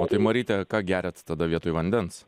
o tai maryte ką geriat tada vietoj vandens